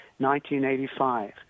1985